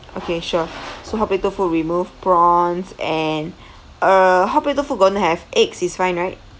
okay sure so hot plate tofu remove prawns and err hot plate tofu going to have eggs is fine right